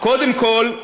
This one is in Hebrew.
קודם כול,